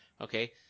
Okay